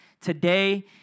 today